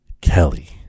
Kelly